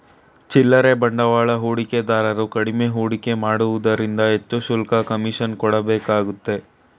ಚಿಲ್ಲರೆ ಬಂಡವಾಳ ಹೂಡಿಕೆದಾರರು ಕಡಿಮೆ ಹೂಡಿಕೆ ಮಾಡುವುದರಿಂದ ಹೆಚ್ಚು ಶುಲ್ಕ, ಕಮಿಷನ್ ಕೊಡಬೇಕಾಗುತ್ತೆ